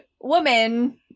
woman